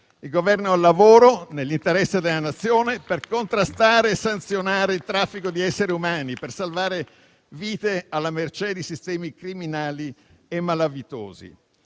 Il Governo è al lavoro nell'interesse della Nazione, per contrastare e sanzionare il traffico di esseri umani e per salvare vite alla mercé di sistemi criminali e malavitosi.